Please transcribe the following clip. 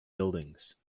buildings